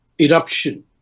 eruption